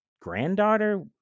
granddaughter